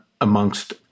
amongst